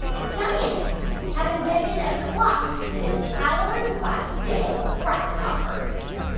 scientists have invented a clock that is powered by dead grasshoppers?